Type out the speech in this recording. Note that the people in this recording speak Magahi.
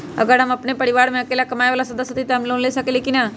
अगर हम अपन परिवार में अकेला कमाये वाला सदस्य हती त हम लोन ले सकेली की न?